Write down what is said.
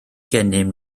gennym